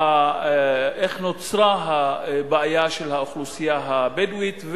איך נוצרה הבעיה של האוכלוסייה הבדואית,